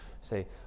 Say